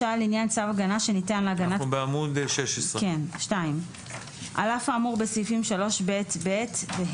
אנחנו בעמוד 16. הרחבת הוראת השעה לעניין צו הגנה שניתן להגנת קטין2.